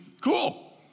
Cool